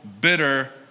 bitter